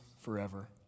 forever